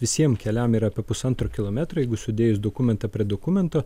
visiem keliam yra apie pusantro kilometro jeigu sudėjus dokumentą prie dokumento